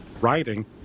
Writing